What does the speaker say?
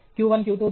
Q1 q2 q3